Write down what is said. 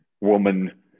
woman